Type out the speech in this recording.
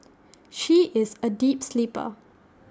she is A deep sleeper